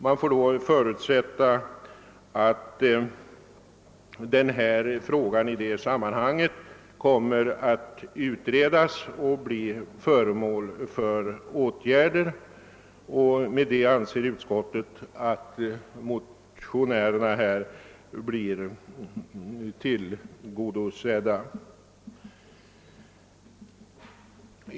Man får förutsätta, att denna fråga i det sammanhanget kommer att utredas och bli föremål för åtgärder, och med det anser utskottet att motionärernas önskemål härvid: blir tillgodosedda.